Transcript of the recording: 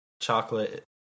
chocolate